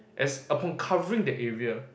as upon covering the area